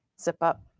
zip-up